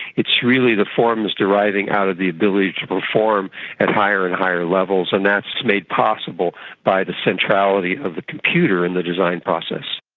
it's really the forms deriving out of the ability to perform at higher and higher levels, and that's made possible by the centrality of the computer in the design process.